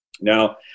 Now